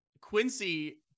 quincy